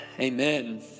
Amen